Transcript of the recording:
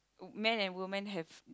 man and woman have